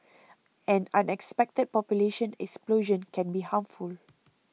an unexpected population explosion can be harmful